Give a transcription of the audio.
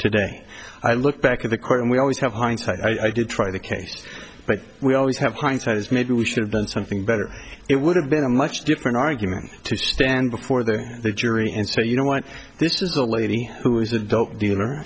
today i look back at the court and we always have hindsight i did try the case but we always have hindsight is maybe we should have done something better it would have been a much different argument to stand before the jury and say you know what this is a lady who is adult